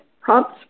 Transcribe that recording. prompts